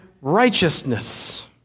righteousness